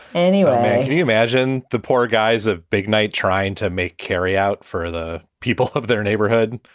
anyway, do you imagine the poor guys of big night trying to make carrie out for the people of their neighborhood?